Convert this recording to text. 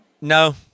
No